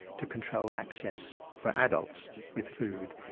to control access for adults with food.